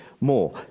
more